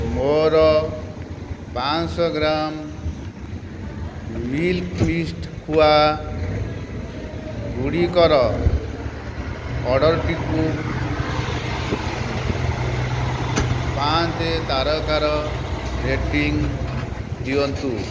ମୋର ପାଞ୍ଚ ଶହ ଗ୍ରାମ୍ ମିଲ୍କ୍ ମିଷ୍ଟ୍ ଖୁଆଗୁଡ଼ିକର ଅର୍ଡ଼ର୍ଟିକୁ ପାଞ୍ଚ ତାରକାର ରେଟିଂ ଦିଅନ୍ତୁ